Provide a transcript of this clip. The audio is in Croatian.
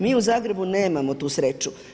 Mi u Zagrebu nemamo tu sreću.